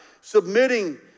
submitting